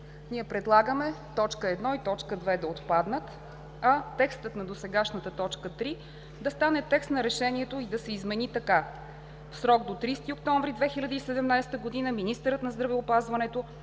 Ние предлагаме т. 1 и т. 2 да отпаднат, а текстът на досегашната т. 3 да стане текст на решението и да се измени така: „3. В срок до 30 октомври 2017 г. министърът на здравеопазването